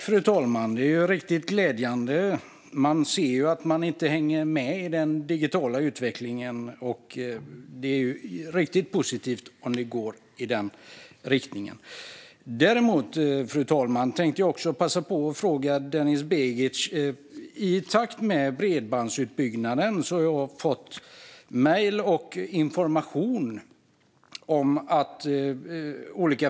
Fru talman! Det är glädjande att höra. Man ser att man inte hänger med i den digitala utvecklingen, och då är det positivt om det går i rätt riktning. Så till bredbandsutbyggnaden.